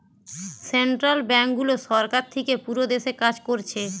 central ব্যাংকগুলো সরকার থিকে পুরো দেশে কাজ কোরছে